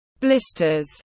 blisters